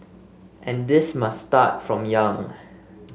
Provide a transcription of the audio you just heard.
and this must start from young